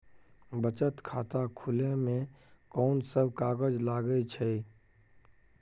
बचत खाता खुले मे कोन सब कागज लागे छै?